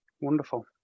wonderful